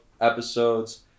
episodes